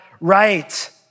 right